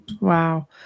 Wow